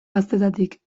gaztetatik